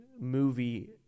movie